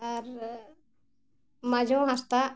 ᱟᱨ ᱢᱟᱡᱳ ᱦᱟᱸᱥᱫᱟ